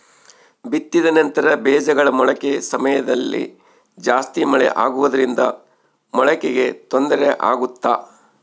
ಬಿತ್ತಿದ ನಂತರ ಬೇಜಗಳ ಮೊಳಕೆ ಸಮಯದಲ್ಲಿ ಜಾಸ್ತಿ ಮಳೆ ಆಗುವುದರಿಂದ ಮೊಳಕೆಗೆ ತೊಂದರೆ ಆಗುತ್ತಾ?